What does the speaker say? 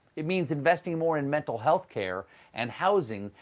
it means investing more in mental-health care and housing,